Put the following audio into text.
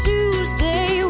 Tuesday